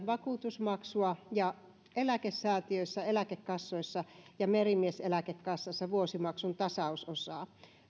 vakuutusmaksua ja eläkesäätiöissä eläkekassoissa ja merimieseläkekassassa vuosimaksun tasausosaa